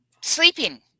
Sleeping